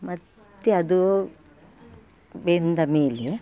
ಮತ್ತು ಅದು ಬೆಂದ ಮೇಲೆ